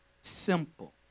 simple